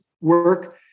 work